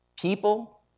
people